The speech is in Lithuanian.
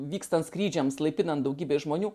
vykstant skrydžiams laipinant daugybei žmonių